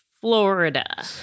Florida